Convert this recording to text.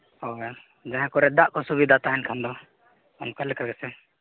ᱦᱮᱸ ᱡᱟᱦᱟᱸ ᱠᱚᱨᱮᱫ ᱫᱟᱜ ᱠᱚ ᱥᱩᱵᱤᱫᱷᱟ ᱛᱟᱦᱮᱱ ᱠᱷᱟᱱ ᱫᱚ ᱚᱱᱠᱟ ᱞᱮᱠᱟ ᱜᱮᱥᱮ